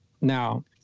Now